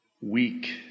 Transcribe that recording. weak